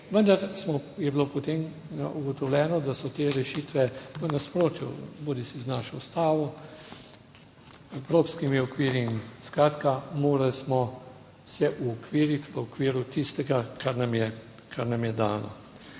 vendar je bilo potem ugotovljeno, da so te rešitve v nasprotju bodisi z našo Ustavo, evropskimi okvirji, skratka morali smo se uokviriti v okviru tistega kar nam je, kar